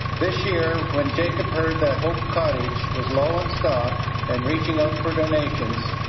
this year, when jacob heard the hope cottage was low on stock and reaching out for donations,